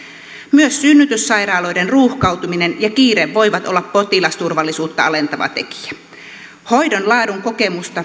myös synnytyssairaaloiden ruuhkautuminen ja kiire voivat olla potilasturvallisuutta alentava tekijä hoidon laadun kokemusta